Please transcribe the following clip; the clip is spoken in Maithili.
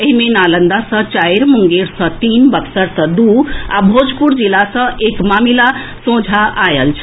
एहि मे नालंदा सँ चारि मुंगेर सँ तीन बक्सर सँ दू आ भोजपुर जिला सँ एक मामिला सोझां आएल छल